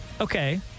Okay